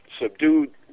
subdued